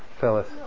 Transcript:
Phyllis